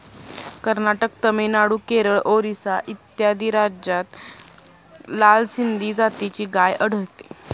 कर्नाटक, तामिळनाडू, केरळ, ओरिसा इत्यादी राज्यांत लाल सिंधी जातीची गाय आढळते